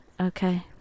Okay